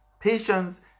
Patience